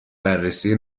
بررسی